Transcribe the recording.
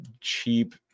cheap